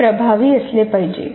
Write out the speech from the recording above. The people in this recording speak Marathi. ते प्रभावी असले पाहिजेत